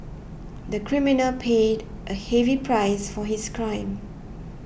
the criminal paid a heavy price for his crime